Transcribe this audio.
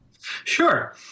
Sure